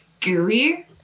gooey